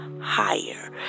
higher